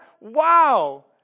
Wow